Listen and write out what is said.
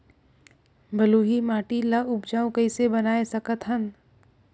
बलुही माटी ल उपजाऊ कइसे बनाय सकत हन?